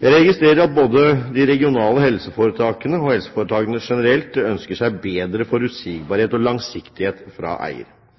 Jeg registrerer at både de regionale helseforetakene og helseforetakene generelt ønsker seg bedre